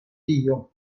tio